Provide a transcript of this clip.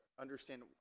understand